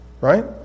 right